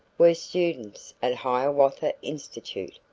were students at hiawatha institute,